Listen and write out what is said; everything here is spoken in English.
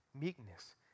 meekness